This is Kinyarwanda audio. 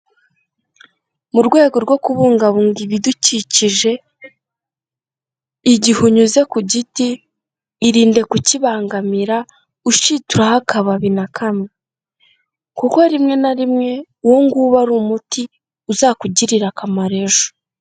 Mu rwego rwo kubungabunga ibidukikije igihe unyuze ku giti irinde kukibangamira ushituraho akababi na kamwe, kuko rimwe na rimwe uwo nguwo uba ari umuti uzakugirira akamaro ejo.